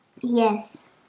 Yes